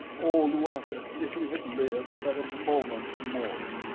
oh, luata, if he had lived but a moment more!